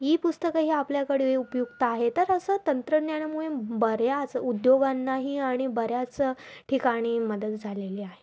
इ पुस्तकं हे आपल्याकडे उपयुक्त आहेत तर असं तंत्रज्ञानामुळे बऱ्याच उद्योगांनाही आणि बऱ्याच ठिकाणी मदत झालेली आहे